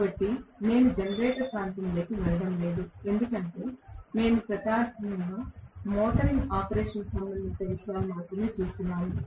కాబట్టి నేను జనరేటర్ ప్రాంతంలోకి వెళ్ళడం లేదు ఎందుకంటే మేము ప్రధానంగా మోటరింగ్ ఆపరేషన్కు సంబంధిత విషయాలు మాత్రమే చూస్తున్నాము